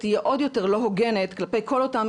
תהיה עוד יותר לא הוגנת כלפי כל אותם